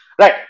Right